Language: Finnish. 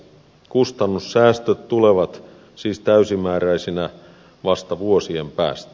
kustannussäästöt tulevat siis täysimääräisinä vasta vuosien päästä